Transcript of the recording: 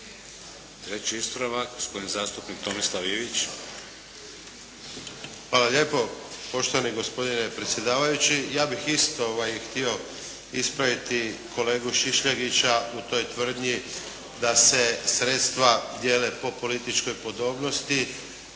Treći ispravak gospodin zastupnik Tomislav Ivić. **Ivić, Tomislav (HDZ)** Hvala lijepo, poštovani gospodine predsjedavajući. Ja bih isto htio ispraviti kolegu Šišljagića u toj tvrdnji da se sredstva dijele po političkoj podobnosti.